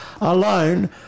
alone